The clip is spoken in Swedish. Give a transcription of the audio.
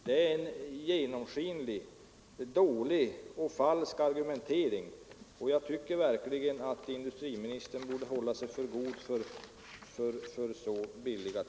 Det är en genomskinligt dålig och falsk argumentering, och jag tycker verkligen att industriministern borde hålla sig för god för så billiga trick.